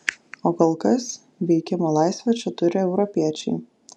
o kol kas veikimo laisvę čia turi europiečiai